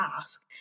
ask